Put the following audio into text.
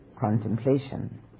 contemplation